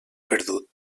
perdut